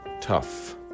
tough